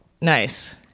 Nice